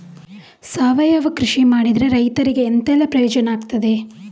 ಸಾವಯವ ಕೃಷಿ ಮಾಡಿದ್ರೆ ರೈತರಿಗೆ ಎಂತೆಲ್ಲ ಪ್ರಯೋಜನ ಆಗ್ತದೆ?